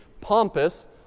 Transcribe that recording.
pompous